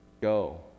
Go